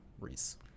Reese